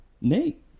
Nate